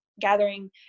gathering